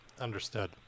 Understood